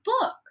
book